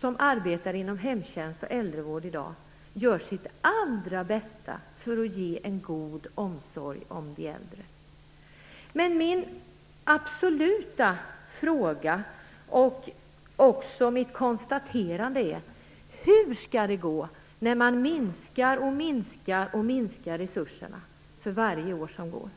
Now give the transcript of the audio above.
som arbetar inom hemtjänst och äldrevård i dag gör sitt allra bästa för att ge en god omsorg om de äldre. Men min fråga är: Hur skall det gå när man minskar resurserna mer och mer för varje år som går?